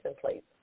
plates